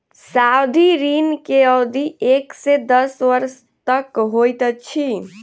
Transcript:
सावधि ऋण के अवधि एक से दस वर्ष तक होइत अछि